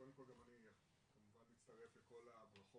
קודם כל גם אני כמובן מצטרף לכל הברכות,